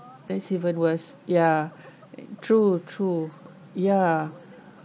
that's even worse ya true true ya